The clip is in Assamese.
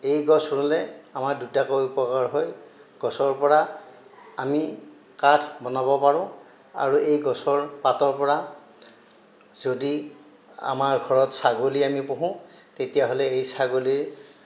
এই গছ ৰোলে আমাৰ দুটাকৈ উপকাৰ হয় গছৰ পৰা আমি কাঠ বনাব পাৰোঁ আৰু এই গছৰ পাতৰ পৰা যদি আমাৰ ঘৰত ছাগলী আমি পোহোঁ তেতিয়া হ'লে এই ছাগলীৰ